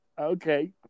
Okay